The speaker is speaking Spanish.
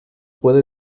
puedo